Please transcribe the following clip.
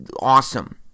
awesome